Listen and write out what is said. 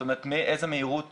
זאת אומרת מאיזה מהירות